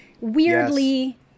weirdly